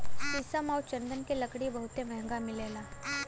शीशम आउर चन्दन के लकड़ी बहुते महंगा मिलेला